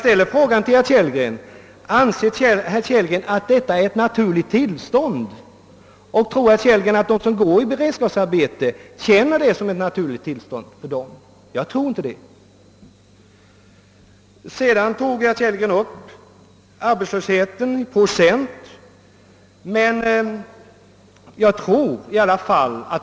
Men jag frågar herr Kellgren om han anser att det är ett naturligt tilistånd och om han tror att de som går i beredskapsarbeten känner det så. Det tror inte jag. Herr Kellgren talade sedan om arbetslösheten i procent räknat.